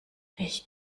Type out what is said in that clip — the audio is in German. ich